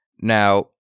Now